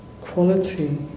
quality